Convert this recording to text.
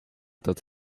dat